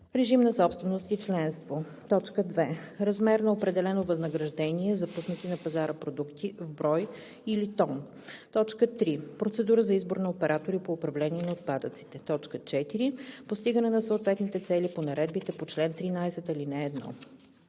режим на собственост и членство; 2. размер на определено възнаграждение за пуснати на пазара продукти, в брой или тон; 3. процедура за избор на оператори по управление на отпадъците; 4. постигане на съответните цели по наредбите по чл. 13, ал. 1.